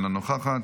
אינה נוכחת,